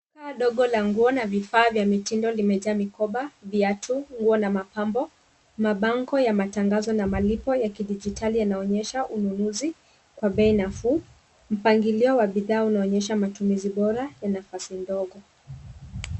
Duka dogo la nguo na vifaa vya mitindo limejaa mikoba, viatu, nguo na mapambo. Mabango ya matangazo na malipo ya kidijitali yanaonyesha ununuzi kwa bei nafuu. Mpangilio wa bidhaa unaonyesha matumizi bora ya nafasi ndogo.